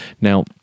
Now